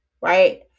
right